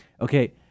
Okay